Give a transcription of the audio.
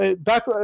Back